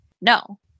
no